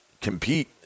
compete